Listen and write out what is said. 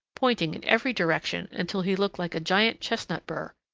pointing in every direction until he looked like a giant chestnut burr.